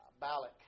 Balak